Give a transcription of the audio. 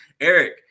Eric